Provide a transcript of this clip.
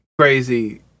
crazy